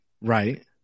right